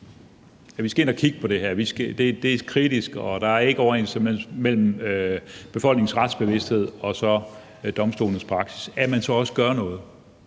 vi skal ind og kigge på det her, at det er kritisk, og at der ikke er overensstemmelse mellem befolkningens retsbevidsthed og så domstolens praksis – så også gør noget.